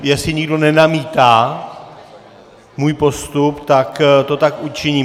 Jestli nikdo nenamítá můj postup, tak to tak učiním.